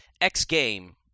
X-Game